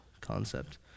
concept